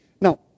Now